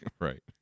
Right